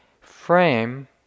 frame